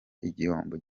igihombo